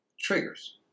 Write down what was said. triggers